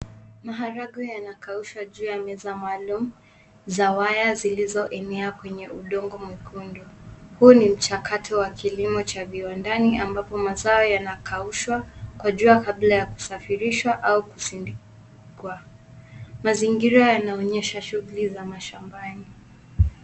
Maharagwe yanakaushwa juu ya meza maalum za waya zilizoenea kwenye udongo mwekundu. Huu ni mchakato wa kilimo cha viwandani ambapo mazao yanakaushwa kwa jua kabla ya kusafirishwa au kusindikwa. Mazingira yanaonyesha shughuli za mashambani.